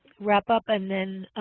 wrap up and then